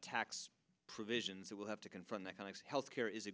tax provisions that will have to confront that kind of health care is a